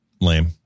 lame